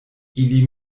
ili